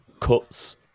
cuts